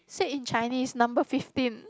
said in Chinese number fifteen